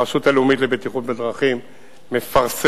הרשות הלאומית לבטיחות בדרכים מפרסמת,